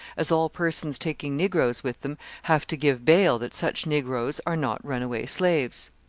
as all persons taking negroes with them have to give bail that such negroes are not runaway slaves.